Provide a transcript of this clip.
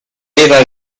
era